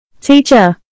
Teacher